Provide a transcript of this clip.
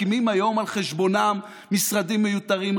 מקימים היום על חשבונם משרדים מיותרים,